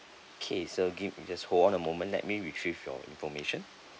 okay so give just hold on a moment let me retrieve your information